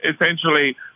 essentially